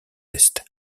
est